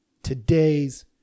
today's